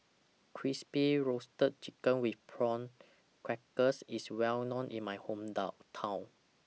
Crispy Roasted Chicken with Prawn Crackers IS Well known in My Hometown